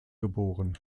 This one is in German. geboren